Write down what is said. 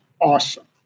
awesome